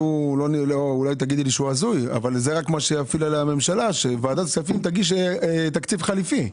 אולי תגידי שהוא הזוי - שוועדת כספים תגיש תקציב חליפי,